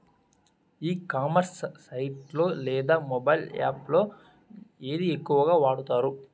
ఈ commerce site లో లేదా మొబైల్ యాప్ లో ఏది ఎక్కువగా వాడుతారు?